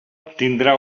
tindrà